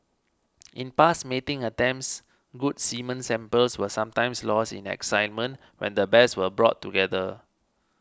in past mating attempts good semen samples were sometimes lost in excitement when the bears were brought together